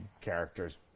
characters